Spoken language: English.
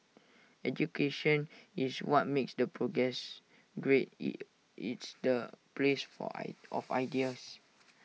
education is what makes the progress great it's the place for I of ideas